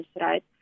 right